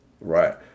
right